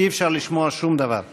אי-אפשר לשמוע שום דבר.